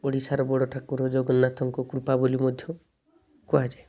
ଓଡ଼ିଶାର ବଡ଼ଠାକୁର ଜଗନ୍ନାଥଙ୍କ କୃପା ବୋଲି ମଧ୍ୟ କୁହାଯାଏ